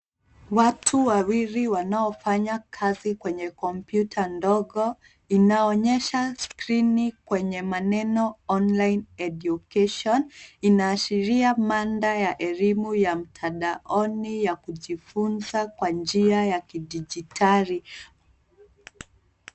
Watu wawili wanaofanya kazi kwenye kompyuta ndogo, inaonyesha skrini kwenye maneno online education , inaashiria mada ya elimu ya mtandaoni ya kujifunza kwa njia ya kidijitali.